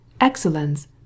excellence